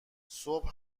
صبح